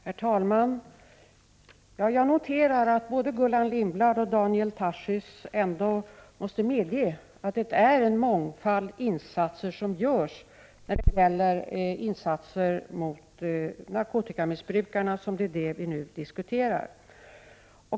Herr talman! Jag noterar att både Gullan Lindblad och Daniel Tarschys ändå måste medge att en mångfald insatser görs när det gäller narkotikamissbrukarna, som vi nu diskuterar.